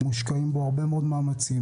מושקעים בו הרבה מאוד מאמצים,